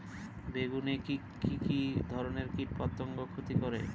বেগুনে কি কী ধরনের কীটপতঙ্গ ক্ষতি করে?